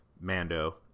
Mando